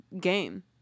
game